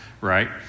right